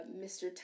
Mr